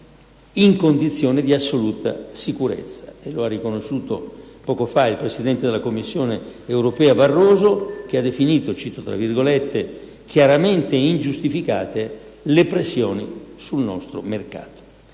in condizioni di assoluta sicurezza, e lo ha riconosciuto poco tempo fa anche il presidente della Commissione europea Barroso, che ha definito «chiaramente ingiustificate» le pressioni sul nostro mercato.